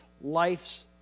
life's